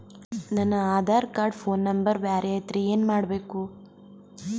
ನನ Aadhaar card phone number ಬ್ಯಾರೆ ಐತ್ರಿ ಏನ ಮಾಡಬೇಕು?